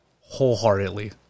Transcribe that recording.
wholeheartedly